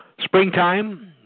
Springtime